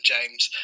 James